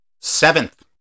Seventh